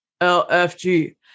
LFG